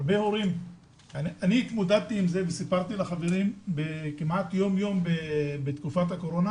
אני התמודדתי עם זה כמעט יום-יום בתקופת הקורונה